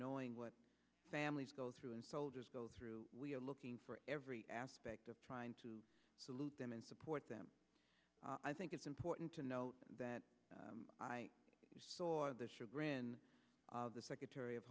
knowing what families go through and soldiers go through we're looking for every aspect of trying to salute them and support them i think it's important to note that i saw the chagrin of the secretary of